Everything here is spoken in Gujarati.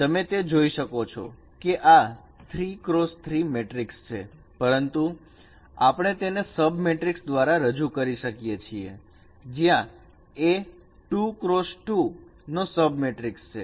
તમે તે જોઈ શકો છો કે આ 3x3 મેટ્રિક છે પરંતુ આપણે તેને સબ મેટ્રિકસ દ્વારા રજુ કરીએ છીએ જ્યાં A 2x2 નો સબ મેટ્રિક છે